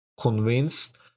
convinced